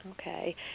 Okay